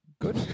good